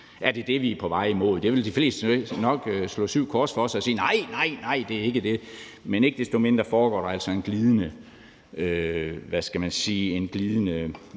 Er det det, vi er på vej imod? Der vil de fleste jo nok slå syv kors for sig og sige: Nej, nej, det er ikke det. Men ikke desto mindre foregår der altså en glidende, hvad skal man sige, overførsel